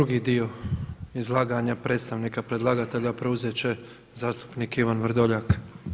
Drugi dio izlaganja predstavnika predlagatelja preuzet će zastupnik Ivan Vrdoljak.